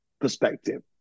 perspective